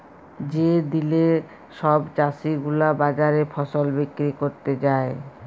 যে দিলে সব চাষী গুলা বাজারে ফসল বিক্রি ক্যরতে যায়